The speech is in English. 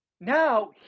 Now